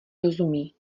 rozumí